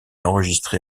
enregistré